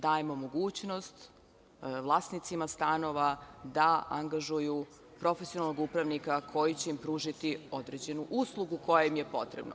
Dajemo mogućnost vlasnicima stanova da angažuju profesionalnog upravnika koji će im pružiti određenu uslugu koja im je potrebna.